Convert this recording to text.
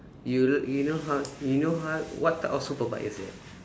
you you know how you know how what type of super bike is it